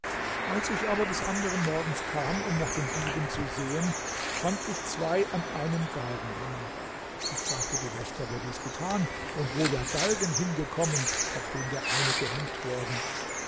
als ich aber des anderen morgens kam um nach den dieben zu sehen fand ich zwei an einem galgen hängen ich fragte die wächter wer dies getan und wo der galgen hingekommen auf dem der eine gehängt worden